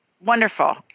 wonderful